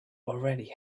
already